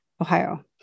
Ohio